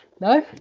No